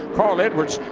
carl edwards,